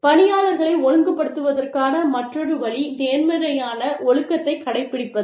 பணியாளர்களை ஒழுங்குபடுத்துவதற்கான மற்றொரு வழி நேர்மறையான ஒழுக்கத்தைக் கடைப்பிடிப்பது